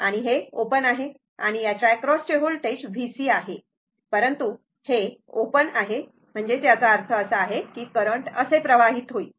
आणि हे ओपन आहे आणि याच्या एक्रॉस चे व्होल्टेज VC आहे परंतु हे ओपन आहे याचा अर्थ असा आहे की करंट असे प्रवाहित होईल